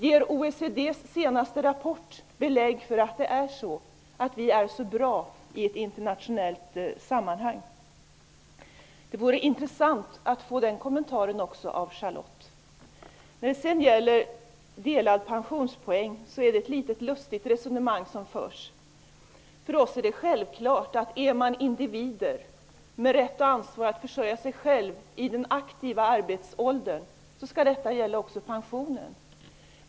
Ger OECD:s senaste rapport belägg för att Sverige i ett internationellt sammanhang är så bra? Det vore intressant med en kommentar till detta, Charlotte Resonemanget som förs vad gäller delad pensionspoäng är litet lustigt. För oss socialdemokrater är det självklart att om man är en individ i den aktiva arbetsåldern, med rätt och ansvar att försörja sig själv, skall detta gälla även pensionen.